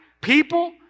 people